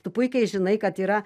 tu puikiai žinai kad yra